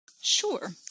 Sure